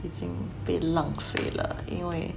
已经被浪费了因为